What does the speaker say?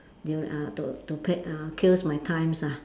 they will uh to to p~ uh kills my times ah